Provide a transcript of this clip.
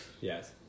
Yes